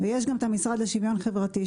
ויש גם את המשרד לשוויון חברתי,